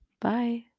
Bye